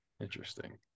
Interesting